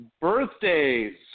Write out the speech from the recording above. birthdays